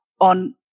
on